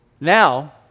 now